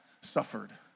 suffered